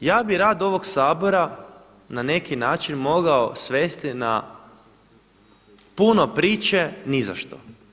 I ja bih rad ovog Sabora na neki način mogao svesti na puno priče nizašto.